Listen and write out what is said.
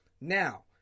Now